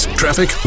traffic